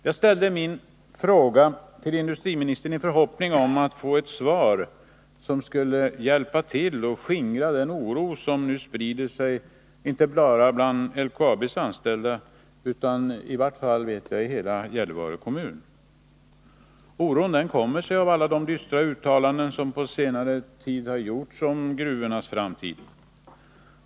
Jag ställde min fråga till industriministern i förhoppning om att få ett svar som skulle hjälpa till att skingra den oro som nu sprider sig inte bara bland LKAB:s anställda utan i hela Gällivare kommun. Oron uppkommer av alla de dystra uttalanden som på senare tid gjorts om gruvornas framtid.